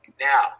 now